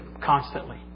constantly